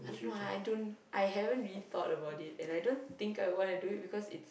I don't know I don't I haven't really thought about it and I don't think I wanna do it because it's